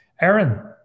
Aaron